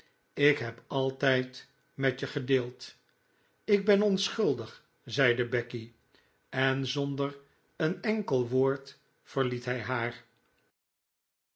ik heb altijd met je gedeeld ik ben onschuldig zeide becky en zonder een enkel woord verliet hij haar